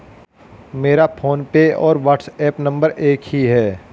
मेरा फोनपे और WhatsApp number एक ही है